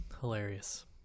hilarious